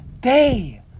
day